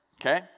Okay